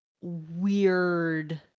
weird